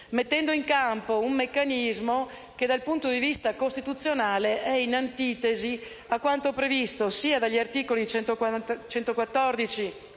mettendo in campo un meccanismo che, dal punto di vista costituzionale, è in antitesi con quanto previsto sia dall'articolo 114